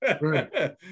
Right